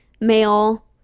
male